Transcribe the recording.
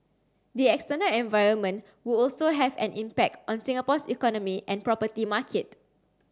the external environment would also have an impact on Singapore's economy and property market